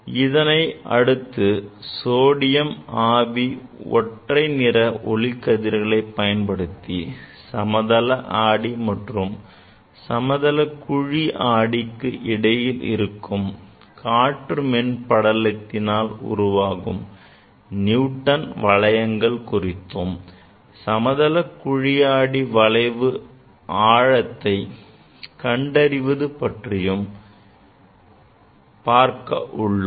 இதனை அடுத்து சோடியம் ஆவி ஒற்றை நிற ஒளிக்கதிர்களை பயன்படுத்தி சமதள ஆடி மற்றும் சமதள குழிஆடிக்கு இடையில் இருக்கும் காற்று மென் படலத்தினால் உருவாகும் நியூட்டன் வளையங்கள் குறித்தும் சமதள குழியாடி வளைவு ஆழத்தை கண்டறிவது பற்றியும் பார்க்க உள்ளோம்